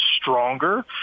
stronger